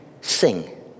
sing